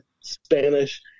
Spanish